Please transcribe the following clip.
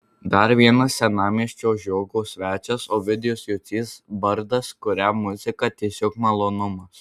dar vienas senamiesčio žiogo svečias ovidijus jucys bardas kuriam muzika tiesiog malonumas